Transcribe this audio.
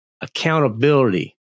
accountability